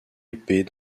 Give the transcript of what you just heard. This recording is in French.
épée